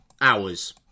Hours